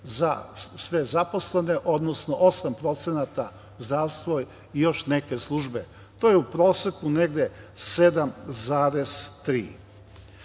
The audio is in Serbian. za sve zaposlene, odnosno 8% zdravstvo i još neke službe. To je u proseku negde